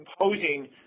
imposing